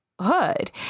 hood